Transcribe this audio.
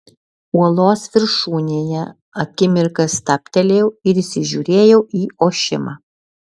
uolos viršūnėje akimirką stabtelėjau ir įsižiūrėjau į ošimą